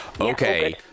Okay